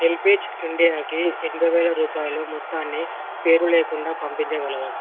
HelpAge ఇండియాకి ఎనభై వేల రూపాయలు మొత్తాన్ని పేరులేకుండా పంపించగలవా